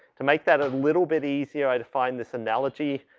to make that a little bit easier i defined this analogy,